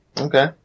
Okay